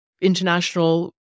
international